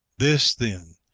this, then,